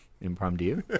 impromptu